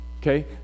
okay